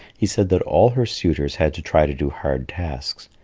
he said that all her suitors had to try to do hard tasks.